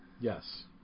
Yes